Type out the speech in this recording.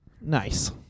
Nice